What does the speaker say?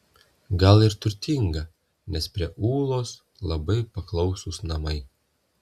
gal ir turtinga nes prie ūlos labai paklausūs namai